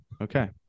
Okay